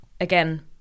again